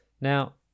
now